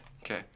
Okay